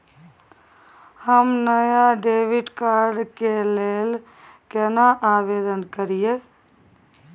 हम नया debit card के लेल केना आवेदन करियै?